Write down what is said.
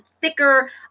thicker